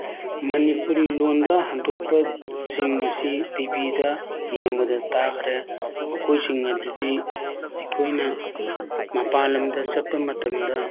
ꯃꯅꯤꯄꯨꯔꯤ ꯂꯣꯟꯗ ꯍꯟꯗꯣꯛꯄ ꯁꯤꯡ ꯑꯁꯤ ꯇꯤ ꯕꯤꯗ ꯌꯦꯡꯕꯗ ꯇꯥꯈ꯭ꯔꯦ ꯃꯈꯣꯏꯁꯤꯡ ꯑꯗꯨꯗꯤ ꯑꯩꯈꯣꯏꯅ ꯃꯄꯥꯟ ꯂꯝꯗ ꯆꯠꯄ ꯃꯇꯝꯗ